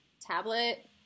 tablet